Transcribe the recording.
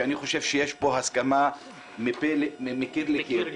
ואני חושב שיש פה הסכמה מקיר לקיר.